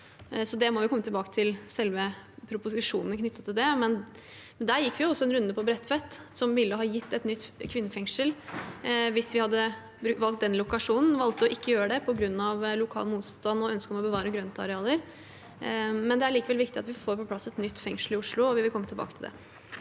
det må vi komme tilbake til i proposisjonene. Men vi tok en runde på området Bredtvet, som ville ha gitt et nytt kvinnefengsel hvis vi hadde valgt den lokasjonen. Vi valgte å ikke gjøre det på grunn av lokal motstand og ønsket om å bevare grøntarealer. Det er likevel viktig at vi får på plass et nytt fengsel i Oslo, og vi vil komme tilbake til det.